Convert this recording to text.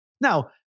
Now